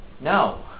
No